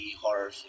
horror